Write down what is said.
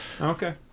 Okay